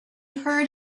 heard